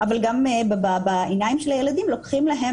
אבל גם בעיניים של הילדים לוקחים להם